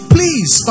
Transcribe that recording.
Please